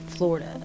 Florida